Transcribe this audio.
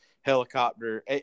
helicopter